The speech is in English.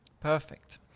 Perfect